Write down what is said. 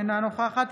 אינה נוכחת